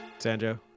Sanjo